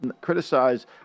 criticize